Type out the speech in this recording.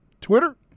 Twitter